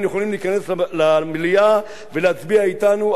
ולהצביע אתנו על החוק של החלת החוק היהודי.